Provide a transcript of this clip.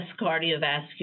cardiovascular